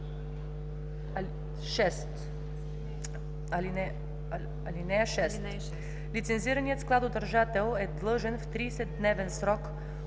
склад. 6) Лицензираният складодържател е длъжен в 30-дневен срок